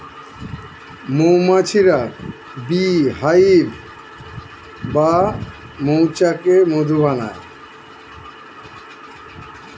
মৌমাছিরা bee hive বা মৌচাকে মধু বানায়